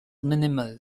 minimal